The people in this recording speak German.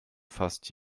fast